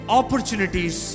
opportunities